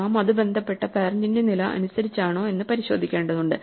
നാം അത് ബന്ധപ്പെട്ട പേരെന്റിന്റെ നില അനുസരിച്ചാണോ എന്ന് പരിശോധിക്കേണ്ടതുണ്ട്